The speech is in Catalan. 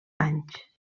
anys